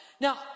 Now